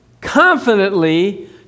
confidently